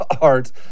art